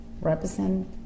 represent